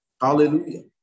Hallelujah